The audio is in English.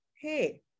hey